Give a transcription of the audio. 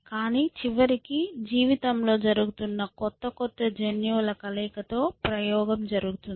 కానీ చివరికి జీవితం లో జరుగుతున్న కొత్త కొత్త జన్యువుల కలయికతో ప్రయోగం జరుగుతుంది